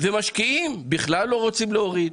ומשקיעים, בכלל לא רוצים להוריד.